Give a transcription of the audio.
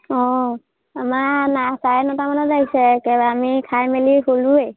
অঁ আমাৰ নাই চাৰে নটামানত আহিছে একেবাৰে আমি খাই মেলি শুলোঁৱেই